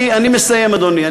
אני מסיים, אדוני.